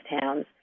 Towns